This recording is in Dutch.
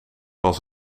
was